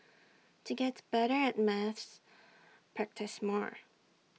to get better at maths practise more